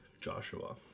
joshua